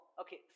okay